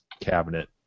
cabinet